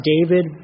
David